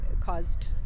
caused